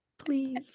Please